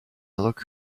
look